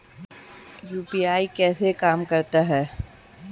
UPI कैसे काम करता है?